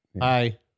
Hi